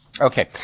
Okay